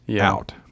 out